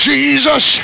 Jesus